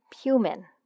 human